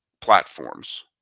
platforms